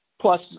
plus